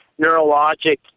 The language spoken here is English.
neurologic